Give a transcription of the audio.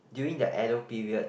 during the Edo period